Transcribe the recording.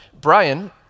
Brian